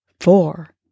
four